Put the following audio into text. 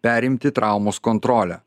perimti traumos kontrolę